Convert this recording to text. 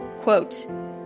Quote